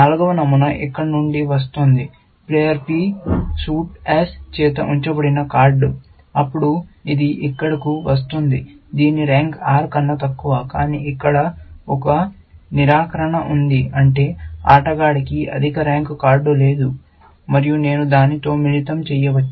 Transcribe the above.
నాల్గవ నమూనా ఇక్కడ నుండి వస్తోంది ప్లేయర్ P సూట్ S చేత ఉంచబడిన కార్డ్ అప్పుడు ఇది ఇక్కడకు వస్తోంది దీని ర్యాంక్ R కన్నా తక్కువ కానీ ఇక్కడ ఒక నిరాకరణ ఉంది అంటే ఆటగాడికి అధిక ర్యాంక్ కార్డు లేదు మరియు నేను దీనితో మిళితం చేయవచ్చు